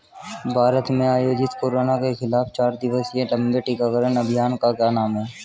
भारत में आयोजित कोरोना के खिलाफ चार दिवसीय लंबे टीकाकरण अभियान का क्या नाम है?